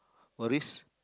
worries